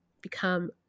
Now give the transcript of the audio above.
Become